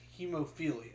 hemophilia